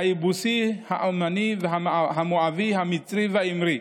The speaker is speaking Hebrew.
היבוסי, העמֹני, המֹאבי, המצרי והאמורי.